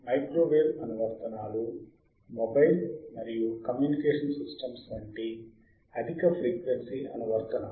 microwave అనువర్తనాలు mobile మరియు communication systems వంటి అధిక ఫ్రీక్వెన్సీ అనువర్తనాలు